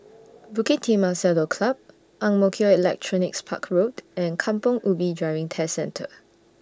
Bukit Timah Saddle Club Ang Mo Kio Electronics Park Road and Kampong Ubi Driving Test Centre